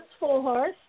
Fullhorse